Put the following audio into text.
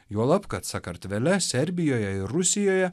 juolab kad sakartvele serbijoje ir rusijoje